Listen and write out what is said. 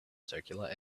circular